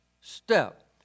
step